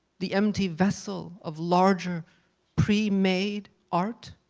the empty vessel of larger pre-made art,